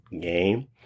game